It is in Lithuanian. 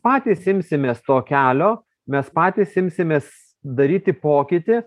patys imsimės to kelio mes patys imsimės daryti pokytį